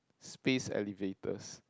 space elevators